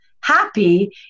happy